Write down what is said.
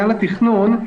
תכנון.